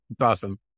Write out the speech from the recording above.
awesome